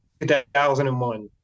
2001